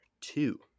two